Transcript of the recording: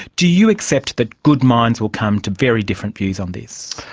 do you accept that good minds will come to very different views on this?